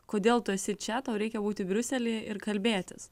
kodėl tu esi čia tau reikia būti briuselyje ir kalbėtis